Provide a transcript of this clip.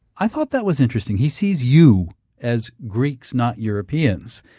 i thought that was interesting. he sees you as greeks, not europeans.